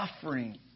suffering